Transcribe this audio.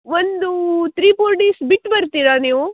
ಒಂದು three four days ಬಿಟ್ಟು ಬರ್ತೀರಾ ನೀವು